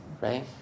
Right